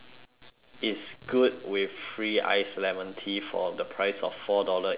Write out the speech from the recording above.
it's good with free ice lemon tea for the price of four dollar eighty cents